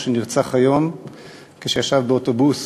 שנרצח היום כשישב באוטובוס